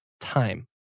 time